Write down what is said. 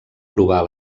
provar